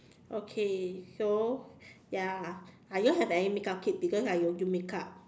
okay so ya I don't have any makeup tip because I don't do makeup